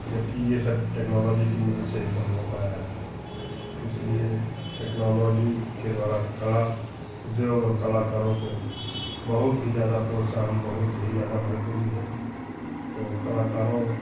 जबकि यह सब टेक्नोलॉजी की मदद से ही सम्भव हो पाया है इसलिए टेक्नोलॉजी के द्वारा कला उद्योग और कलाकारों को बहुत ही ज़्यादा प्रोत्साहन बहुत ही ज़्यादा मदद मिली है तो कलाकारों को